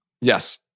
Yes